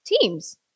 teams